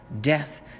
death